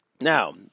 Now